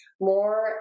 more